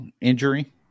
injury